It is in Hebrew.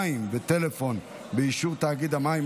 מים וטלפון באישור תאגיד המים),